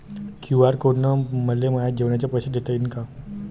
QR code न मले माये जेवाचे पैसे देता येईन का?